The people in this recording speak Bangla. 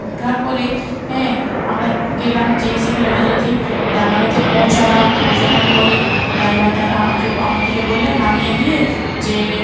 উঠার পরে অ্যাঁ আমরা গেলাম যেয়ে সেখানে যথাযতি ডানলপেতে পৌঁছালাম পৌঁছানোর পরে ডাইভার দাদা আমাকে ব আমাদিকে বললেন নামিয়ে দিয়ে যে